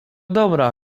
dobra